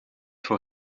voor